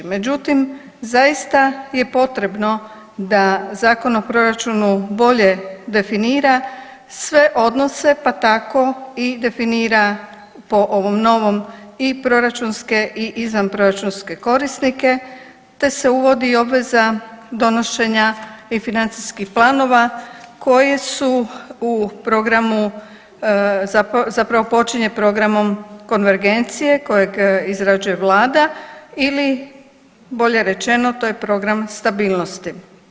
Međutim, zaista je potrebno da Zakon o proračunu bolje definira sve odnose, pa tako i definira po ovom novom i proračunske i izvanproračunske korisnike, te se uvodi i obaveza donošenja i financijskih planova koje su u programu, zapravo počinje programom konvergencije kojeg izrađuje vlada ili bolje rečeno to je program stabilnosti.